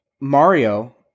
Mario